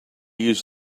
use